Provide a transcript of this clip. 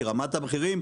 כי רמת המחירים,